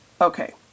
Okay